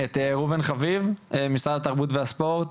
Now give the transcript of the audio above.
את ראובן חביב, ממשרד התרבות והספורט,